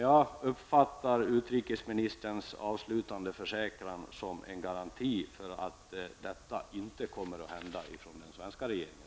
Jag uppfattar utrikesministerns avslutande försäkran som en garanti för att den svenska regeringen inte kommer att göra detta.